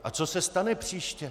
A co se stane příště?